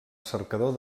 cercador